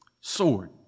sword